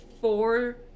four